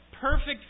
perfect